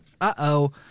uh-oh